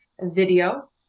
video